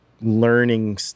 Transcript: learning